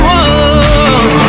one